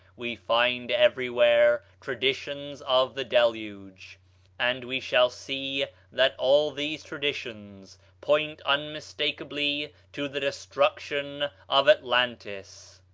we find everywhere traditions of the deluge and we shall see that all these traditions point unmistakably to the destruction of atlantis.